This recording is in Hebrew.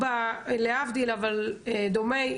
להבדיל אבל דומה,